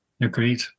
Agreed